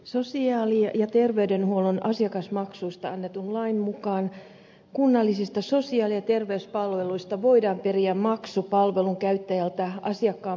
sosiaali ja terveydenhuollon asiakasmaksuista annetun lain mukaan kunnallisista sosiaali ja terveyspalveluista voidaan periä maksu palvelun käyttäjältä asiakkaan maksukyvyn mukaan